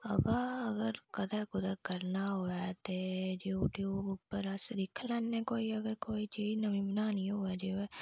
अबा अगर कदें कुतै करना होऐ ते यूट्यूब उप्पर अस दिक्खी लैने अगर कोई चीज नमीं बनानी होऐ जेकर